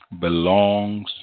belongs